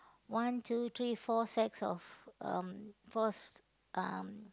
one two three four sets of um fours um